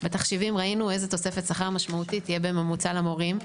בתחשיבים שלנו ראינו איזו תוספת שכר משמעותית תהיה בממוצע למורים,